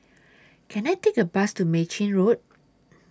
Can I Take A Bus to Mei Chin Road